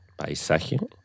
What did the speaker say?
paisaje